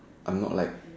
I'm not like